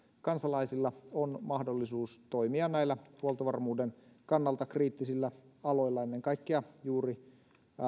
kansalaisilla on mahdollisuus toimia näillä huoltovarmuuden kannalta kriittisillä aloilla ennen kaikkea juuri